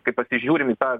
kai pasižiūrim į tą